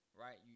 right